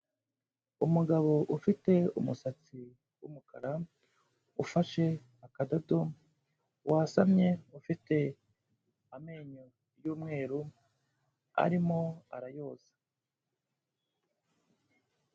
Umugabo ufite umusatsi w'umukara, ufashe akadodo wasamye ufite amenyo y'umweru arimo arayoza.